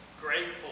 grateful